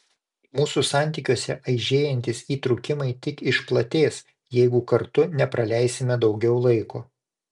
mūsų santykiuose aižėjantys įtrūkimai tik išplatės jeigu kartu nepraleisime daugiau laiko